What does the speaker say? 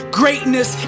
greatness